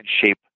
shape